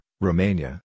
Romania